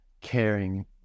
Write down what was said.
caring